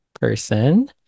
person